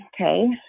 Okay